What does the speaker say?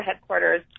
headquarters